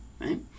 Right